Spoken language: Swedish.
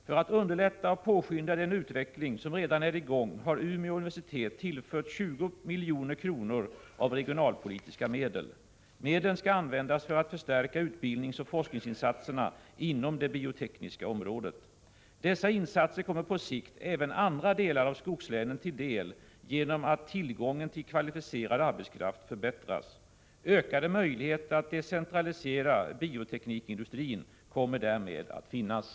För att underlätta och påskynda den utveckling som redan är i gång har Umeå universitet tillförts 20 milj.kr. av regionalpolitiska medel. Medlen skall användas för att förstärka utbildningsoch forskningsinsatserna inom det biotekniska området. Dessa insatser kommer på sikt även andra delar av skogslänen till del, genom att tillgången till kvalificerad arbetskraft förbättras. Ökade möjligheter att decentralisera bioteknikindustrin kommer därmed att finnas.